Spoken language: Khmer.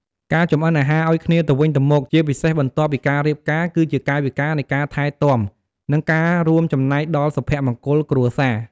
ការចម្អិនអាហារឱ្យគ្នាទៅវិញទៅមក ជាពិសេសបន្ទាប់ពីរៀបការ គឺជាកាយវិការនៃការថែទាំ និងការរួមចំណែកដល់សុភមង្គលគ្រួសារ។